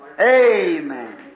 Amen